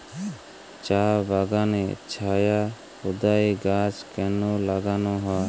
চা বাগানে ছায়া প্রদায়ী গাছ কেন লাগানো হয়?